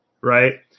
right